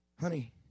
honey